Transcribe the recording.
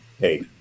hey